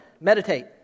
Meditate